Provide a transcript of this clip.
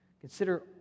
Consider